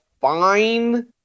fine